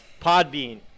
Podbean